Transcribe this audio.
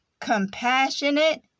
compassionate